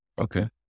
okay